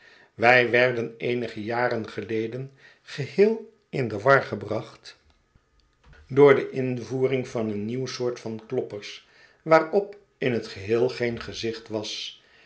wij werden eenige jaren geleden geheel in de war gebracht door de invoering van een nieuwe soort van kloppers waarop in het geheel geen gezicht was